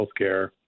healthcare